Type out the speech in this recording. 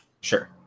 Sure